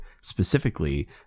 specifically